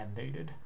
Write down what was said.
mandated